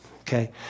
Okay